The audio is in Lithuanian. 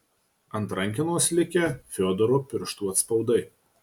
ant rankenos likę fiodoro pirštų atspaudai